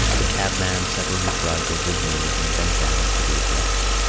the cabman settled his rug over his knees, and bent down for the address.